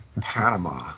Panama